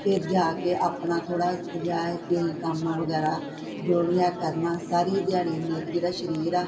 ਫੇਰ ਜਾ ਕੇ ਆਪਣਾ ਥੋੜਾ ਜਾਂ ਕਈ ਕੰਮ ਵਗੈਰਾ ਜੋ ਵੀ ਹੈ ਕਰਨਾ ਸਾਰੀ ਦਿਹਾੜੀ ਮਤਲਬ ਕੀ ਜਿਹੜਾ ਸ਼ਰੀਰ ਆ